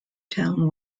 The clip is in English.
town